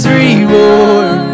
reward